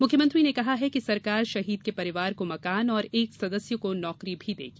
मुख्यमंत्री ने कहा है कि सरकार शहीद के परिवार को मकान और एक सदस्य को नौकरी भी देगी